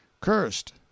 cursed